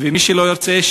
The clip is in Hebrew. ומי שלא ירצה,